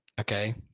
okay